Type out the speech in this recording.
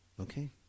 Okay